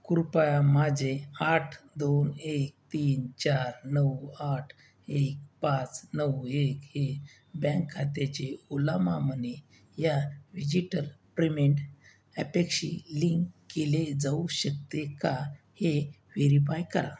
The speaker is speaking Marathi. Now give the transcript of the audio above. कृपया माझे आठ दोन एक तीन चार नऊ आठ एक पाच नऊ एक हे बँक खातेचे ओलामा मनी ह्या डिजिटल पेमेंट ॲपेकशी लिंक केले जाऊ शकते का हे व्हेरीफाय करा